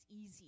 easy